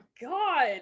God